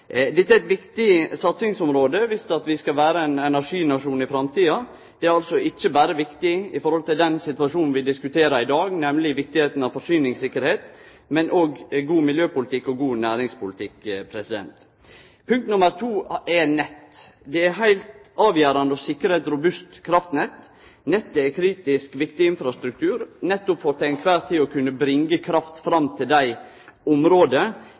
Dette er eit viktig satsingsområde om vi skal vere ein energinasjon i framtida. Det er altså ikkje berre viktig når det gjeld den situasjonen vi diskuterer i dag, nemleg viktigheita av forsyningstryggleik, men òg når det gjeld god miljøpolitikk og god næringspolitikk. Punkt nr. 2 er nett. Det er heilt avgjerande å sikre eit robust kraftnett. Nettet er ein kritisk viktig infrastruktur, nettopp for til kvar tid å kunne bringe kraft fram til dei